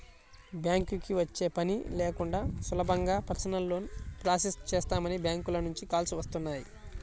బ్యాంకుకి వచ్చే పని లేకుండా సులభంగా పర్సనల్ లోన్ ప్రాసెస్ చేస్తామని బ్యాంకుల నుంచి కాల్స్ వస్తున్నాయి